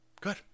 Good